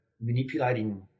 manipulating